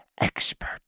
expert